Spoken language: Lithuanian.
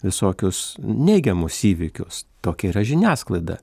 visokius neigiamus įvykius tokia yra žiniasklaida